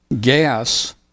gas